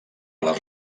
les